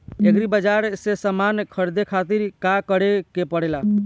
Agri बाज़ार से समान ख़रीदे खातिर का करे के पड़ेला?